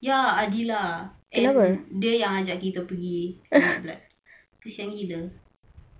ya adhilah and dia yang ajak kita pergi donate blood kesian gila